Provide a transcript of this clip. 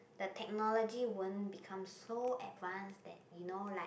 the technology won't become so advanced that you know like